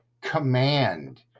command